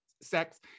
Sex